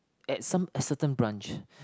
at some a certain branch